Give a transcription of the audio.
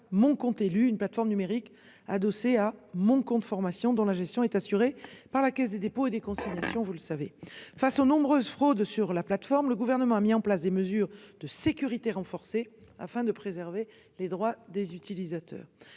mon compte élu une plateforme numérique adossé à mon compte formation, dont la gestion est assurée par la Caisse des dépôts et des consignations, vous le savez. Face aux nombreuses fraudes sur la plateforme. Le gouvernement a mis en place des mesures de sécurité renforcées afin de préserver les droits des utilisateurs.